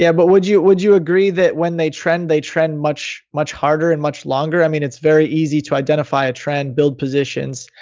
yeah but would you would you agree that when they trend, they trend much, much harder and much longer? i mean, it's very easy to identify a trend build positions.